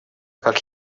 как